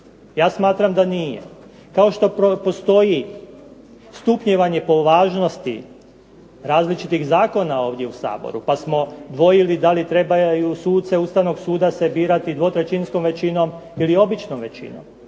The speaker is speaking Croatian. Ja smatram da nije. Kao što postoji stupnjevanje po važnosti različitih zakona ovdje u Saboru pa smo dvojili da li trebaju suce Ustavnog suda se birati 2/3-skom većinom ili običnom većinom,